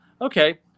okay